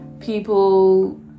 people